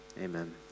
amen